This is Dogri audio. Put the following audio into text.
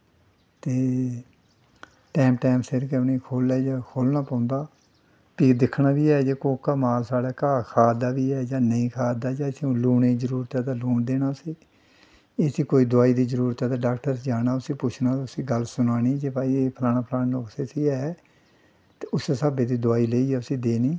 ते टैम टैम सिर गै उ'नें गी खोह्लना पौंदा फ्ही दिक्खना बी ऐ जे कोह्का माल साढ़ा घाऽ खा दा बी ऐ जां नेईं खा दा हून लून देना उस्सी इसदी दोआई दी जरूरत कोई डाक्टर कोल जाना उस्सी पुछना उस्सी गल्ल सनानी जे भाई एह् फलाना फलाना नुक्स उस्सी ऐ ते उस्सै स्हाबै दी दोआई लेइयै उस्सी देनी